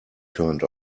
turned